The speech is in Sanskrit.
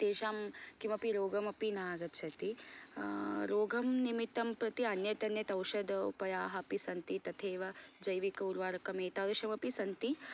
तेषां किमपि रोगमपि न आगच्छति रोगं निमित्तं प्रति अन्यत् अन्यत् औशधोपयाः अपि सन्ति तथैव जैविक उर्वरकं एतादृशं अपि सन्ति